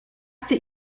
that